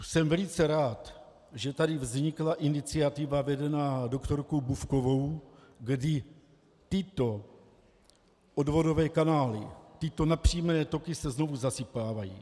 Jsem velice rád, že tady vznikla iniciativa vedená doktorkou Bufkovou, kdy tyto odvodové kanály, tyto napřímené toky se znovu zasypávají.